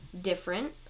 different